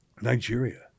Nigeria